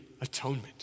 atonement